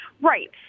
Right